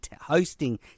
hosting